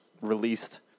released